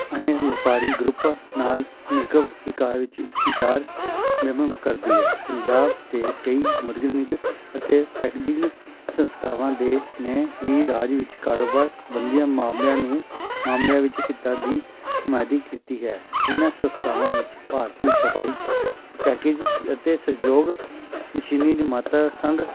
ਅਨੇ ਵਪਾਰੀ ਗਰੁੱਪ ਨਾਲ ਮਿਲਕਵ ਵਿਕਾਰ ਵਿੱਚ ਵਿਚਾਰ ਮੈਮਮ ਕਰਦੀ ਹੈ ਪੰਜਾਬ ਅਤੇ ਕਈ ਮੁਦਗਨਿੰਗ ਅਤੇ ਪੈਕਜ਼ਿੰਗ ਸੰਸਥਾਵਾਂ ਦੇ ਨੇ ਵੀ ਰਾਜ ਵਿੱਚ ਕਾਰੋਬਾਰ ਸਬੰਧੀਆਂ ਮਾਮਲਿਆਂ ਨੂੰ ਮਾਮਲਿਆਂ ਵਿੱਚ ਹਿੱਤਾਂ ਦੀ ਨੁਮਾਇੰਦੀ ਕੀਤੀ ਹੈ ਇਹਨਾਂ ਸੰਸਥਾਵਾਂ ਵਿੱਚ ਭਾਰਤੀ ਛਪਾਈ ਪੈਕੇ ਅਤੇ ਸਹਿਯੋਗ ਮਸ਼ੀਨੀ ਦੀ ਮਾਤਰਾ ਸੰਗ